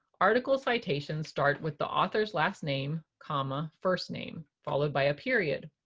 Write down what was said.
article citations start with the author's last name comma first name, followed by a period.